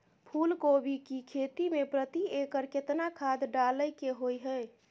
फूलकोबी की खेती मे प्रति एकर केतना खाद डालय के होय हय?